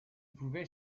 pouvait